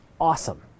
awesome